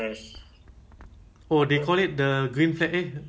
nenek boleh pergi balik ah nenek